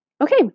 Okay